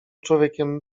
człowiekiem